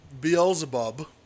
Beelzebub